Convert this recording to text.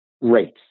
rates